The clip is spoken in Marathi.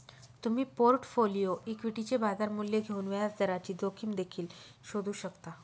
तुम्ही पोर्टफोलिओ इक्विटीचे बाजार मूल्य घेऊन व्याजदराची जोखीम देखील शोधू शकता